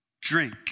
drink